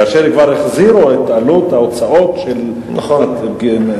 כאשר הם כבר החזירו את עלות ההוצאות של הכביש הזה.